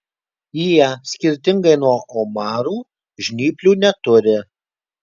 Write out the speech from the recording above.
jie skirtingai nuo omarų žnyplių neturi